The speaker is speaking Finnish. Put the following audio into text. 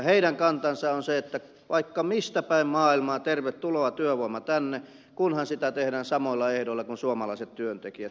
heidän kantansa on se että tervetuloa työvoima tänne vaikka mistä päin maailmaa kunhan työtä tehdään samoilla ehdoilla kuin suomalaiset työntekijät